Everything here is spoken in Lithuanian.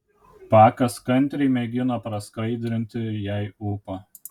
pakas kantriai mėgino praskaidrinti jai ūpą